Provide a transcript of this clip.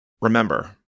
Remember